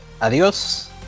Adios